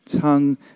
tongue